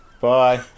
Bye